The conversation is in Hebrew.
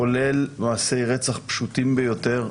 כולל מעשי רצח פשוטים ביותר.